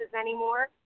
anymore